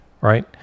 right